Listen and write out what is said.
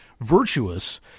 virtuous